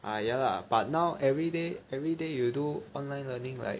ah ya lah but now everyday everyday you do online learning like